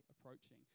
approaching